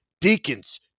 Deacons